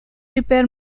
repair